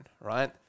right